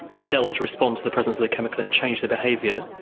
cells respond to the presence of the chemical and change the behaviour,